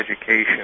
education